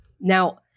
Now